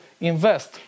Invest